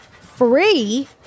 Free